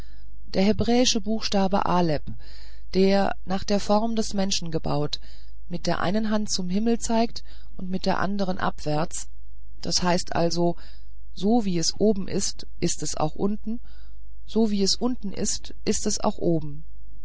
der hebräische buchstabe aleph der nach der form des menschen gebaut mit der einen hand zum himmel zeigt und mit der andern abwärts das heißt also so wie es oben ist ist es auch unten so wie es unten ist ist es auch oben